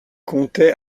comptait